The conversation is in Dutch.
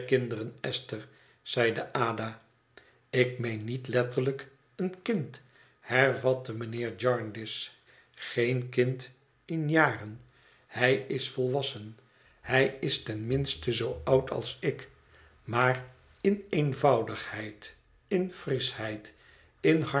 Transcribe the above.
esther zeide ada ik meen niet letterlijk een kind hervatte mijnheer jarndyce geen kind in jaren hij is volwassen hij is ten minste zoo oud als ik maar in eenvoudigheid in frischheid in